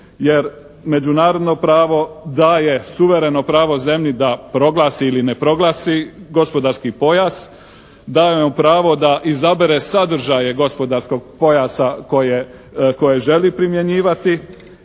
Jer međunarodno pravo daje suvereno pravo zemlji da proglasi ili ne proglasi gospodarski pojas, daje vam pravo da izabere sadržaje gospodarskog pojasa koje želi primjenjivati